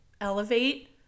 elevate